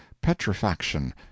petrifaction